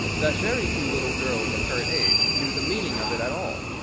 that very few little girls of her age knew the meaning of it at all.